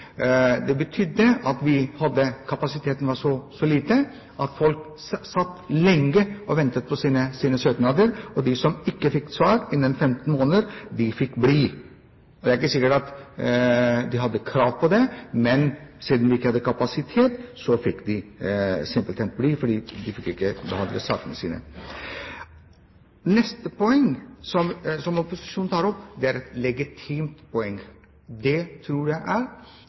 Det betydde at kapasiteten var så liten at folk satt lenge og ventet på svar på sine søknader, og de som ikke fikk svar innen 15 måneder, fikk bli. Det er ikke sikkert at de hadde krav på det, men siden vi ikke hadde kapasitet, fikk de simpelthen bli fordi de ikke fikk behandlet sakene sine. Neste poeng som opposisjonen tar opp, er et legitimt poeng. Der tror jeg det er